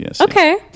Okay